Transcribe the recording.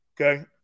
Okay